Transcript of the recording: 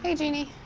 ah jeanie.